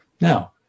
Now